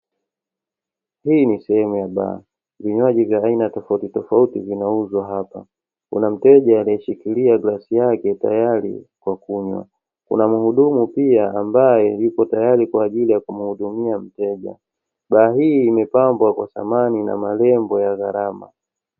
Hii ni sehemu ya baa; vinywaji vya aina tofautitofauti vinauzwa hapa. Kuna mteja aliyeshikilia glasi yake tayari kwa kunywa, kuna mhudumu pia ambaye yupo tayari kwa ajili ya kumuhudumia mteja. Baa hii imepambwa kwa samani na marembo ya gharama.